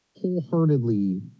wholeheartedly